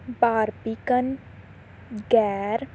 Barbican ਗੈਰ